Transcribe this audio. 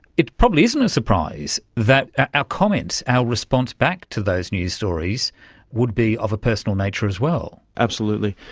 it probably isn't a surprise that our ah ah comments, our response back to those news stories would be of a personal nature as well. absolutely,